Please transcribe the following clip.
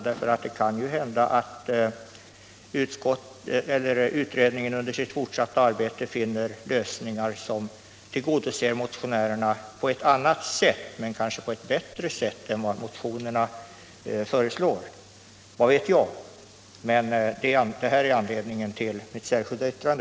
Det kan ju hända att utredningen i sitt fortsatta arbete kommer fram till lösningar som tillmötesgår motionärerna på ett annat och bättre sätt än som föreslås i motionerna — vad vet jag? Det jag nu framfört är i varje fall anledningen till mitt särskilda yttrande.